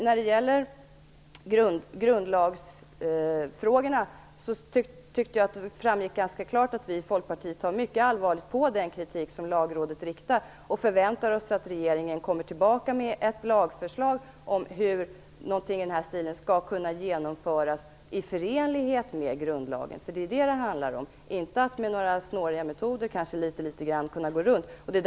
När det gäller grundlagsfrågorna tycker jag att det klart framgick att vi i Folkpartiet tar mycket allvarligt på den kritik som Lagrådet riktar, och vi förväntar oss att regeringen kommer tillbaka med ett lagförslag om hur någonting i den stilen skall kunna genomföras i förenlighet med grundlagen. Det är vad det handlar om, inte att man med snåriga metoder försöker kringgå denna.